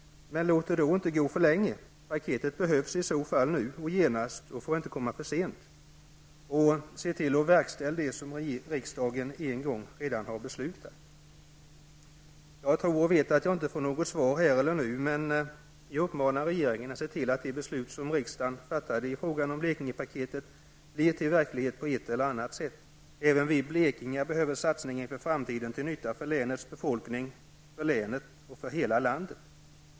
Men låt det då inte gå för lång tid. Paketet behövs i så fall nu och får inte komma för sent. Se till att verkställa det som riksdagen en gång redan har beslutat. Jag vet att jag inte får något svar här och nu, men jag uppmanar regeringen att se till att det beslut som riksdagen fattade i frågan om Blekingepaketet blir verklighet på ett eller annat sätt. Även vi blekingar behöver satsningar inför framtiden till nytta för länets befolkning, för länet och för hela landet.